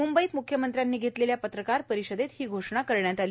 मुंबईत म्ख्यमंत्र्यांनी घेतलेल्या पत्रकार परिषदेत ही घोषणा केली